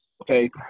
Okay